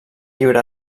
llibre